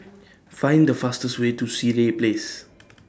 Find The fastest Way to Sireh Place